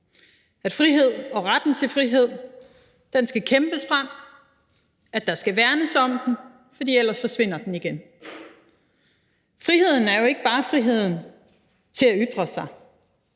at frihed og retten til frihed skal kæmpes frem, og at der skal værnes om den, for ellers forsvinder den igen. Friheden er jo ikke bare friheden til at ytre sig,